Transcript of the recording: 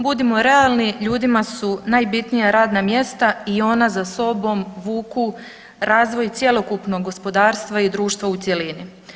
Budimo realni, ljudima su najbitnija radna mjesta i ona za sobom vuku razvoj cjelokupnog gospodarstva i društva u cjelini.